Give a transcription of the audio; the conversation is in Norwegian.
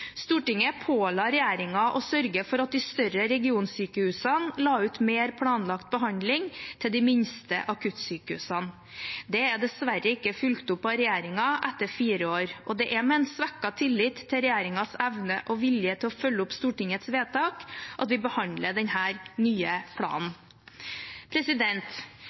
Stortinget påla regjeringen å sørge for at de større regionsykehusene la ut mer planlagt behandling til de minste akuttsykehusene. Det er dessverre ikke fulgt opp av regjeringen etter fire år, og det er med en svekket tillit til regjeringens evne og vilje til å følge opp Stortingets vedtak at vi behandler denne nye planen.